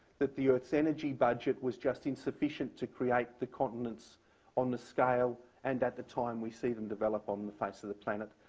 that the earth's energy budget was just insufficient to create the continents on this scale and at the time we see them develop on the face of the planet.